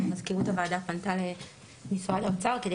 שמזכירות הוועדה פנתה למשרד האוצר כדי